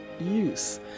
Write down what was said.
Use